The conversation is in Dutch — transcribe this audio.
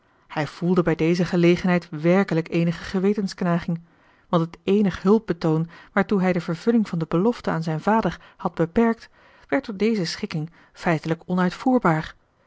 hij voelde bij deze gelegenheid werkelijk eenige gewetensknaging want het eenig hulpbetoon waartoe hij de vervulling van de belofte aan zijn vader had beperkt werd door deze schikking feitelijk onuitvoerbaar